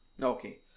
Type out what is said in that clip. okay